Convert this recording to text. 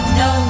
no